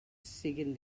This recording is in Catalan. siguen